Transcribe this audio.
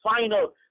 final